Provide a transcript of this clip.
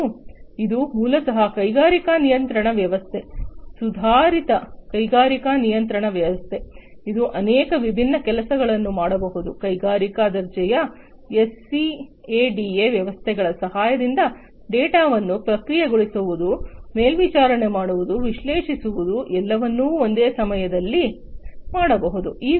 ಮತ್ತು ಇದು ಮೂಲತಃ ಕೈಗಾರಿಕಾ ನಿಯಂತ್ರಣ ವ್ಯವಸ್ಥೆ ಸುಧಾರಿತ ಕೈಗಾರಿಕಾ ನಿಯಂತ್ರಣ ವ್ಯವಸ್ಥೆ ಇದು ಅನೇಕ ವಿಭಿನ್ನ ಕೆಲಸಗಳನ್ನು ಮಾಡಬಹುದು ಕೈಗಾರಿಕಾ ದರ್ಜೆಯ ಎಸ್ಸಿಎಡಿಎ ವ್ಯವಸ್ಥೆಗಳ ಸಹಾಯದಿಂದ ಡೇಟಾವನ್ನು ಪ್ರಕ್ರಿಯೆಗೊಳಿಸುವುದು ಮೇಲ್ವಿಚಾರಣೆ ಮಾಡುವುದು ವಿಶ್ಲೇಷಿಸುವುದು ಎಲ್ಲವನ್ನೂ ಒಂದೇ ಸಮಯದಲ್ಲಿ ಮಾಡಬಹುದು